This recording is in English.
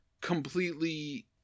completely